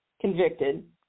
convicted